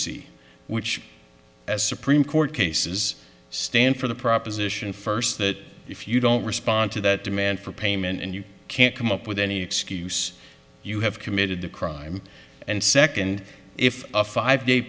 see which as supreme court cases stand for the proposition first that if you don't respond to that demand for payment and you can't come up with any excuse you have committed the crime and second if a five day